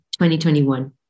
2021